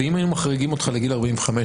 ואם היו מחריגים אותך לגיל 45,